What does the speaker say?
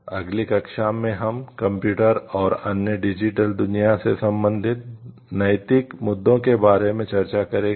अगली कक्षा में हम कंप्यूटर और अन्य डिजिटल दुनिया से संबंधित नैतिक मुद्दों के बारे में चर्चा करेंगे